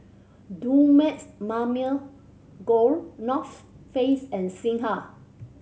Dumex Mamil Gold North Face and Singha